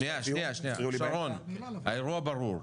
שניה, שרון, האירוע ברור.